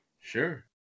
sure